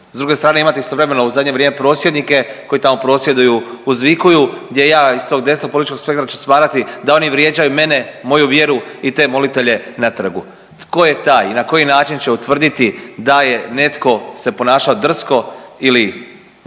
S druge strane imate istovremeno u zadnje vrijeme prosvjednike koji tamo prosvjeduju, uzvikuju gdje ja iz tog desnog političkog spektra ću smatrati da oni vrijeđaju mene, moju vjeru i te molitelje na trgu. Tko je taj i na koji način će utvrditi da je netko se ponašao drsko ili ne